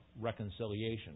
reconciliation